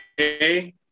okay